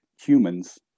humans